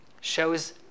Shows